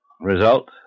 Result